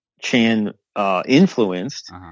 Chan-influenced